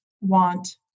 want